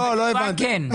התשובה היא כן.